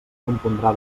compondrà